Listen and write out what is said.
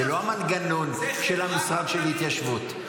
הוא לא המנגנון של המשרד של ההתיישבות.